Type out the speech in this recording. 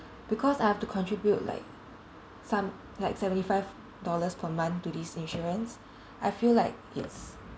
because I have to contribute like some like seventy five dollars per month to this insurance I feel like it's